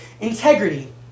integrity